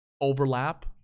overlap